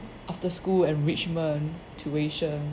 after school enrichment tuition